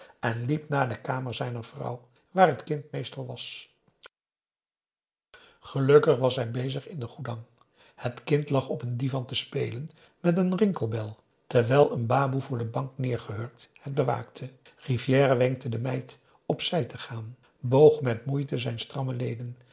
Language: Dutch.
en liep naar de kamer zijner vrouw waar het kind meestal was gelukkig was zij bezig in de goedang het kind lag op een divan te spelen met een rinkelbel terwijl een baboe voor de bank neergehurkt het bewaakte rivière wenkte de meid op zij te gaan boog met moeite zijn stramme leden